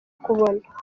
kubona